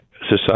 society